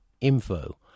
Info